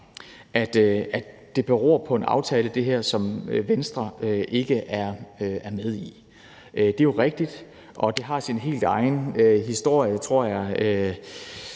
at det her beror på en aftale, som Venstre ikke er med i. Det er jo rigtigt, og det har sin helt egen historie, tror jeg,